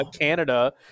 canada